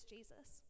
Jesus